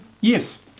Yes